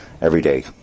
everyday